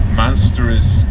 monstrous